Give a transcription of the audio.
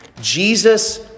Jesus